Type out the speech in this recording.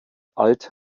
alt